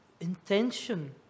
intention